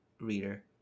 reader